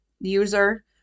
user